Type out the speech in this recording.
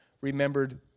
remembered